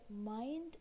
mind